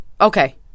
Okay